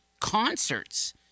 Concerts